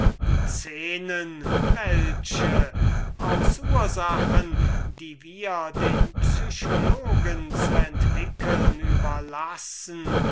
ließ welche aus ursachen die wir den moralisten zu entwickeln überlassen